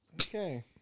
Okay